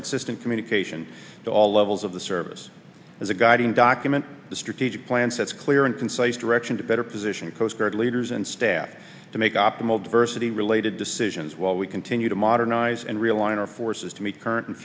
consistent communication to all levels of the service as a guiding document the strategic plan sets clear and concise direction to better position coastguard leaders and staff to make optimal diversity related decisions while we continue to modernize and realign our forces to meet current and